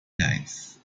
dies